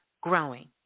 growing